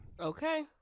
Okay